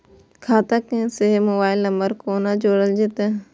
खाता से mobile number कोना जोरल जेते?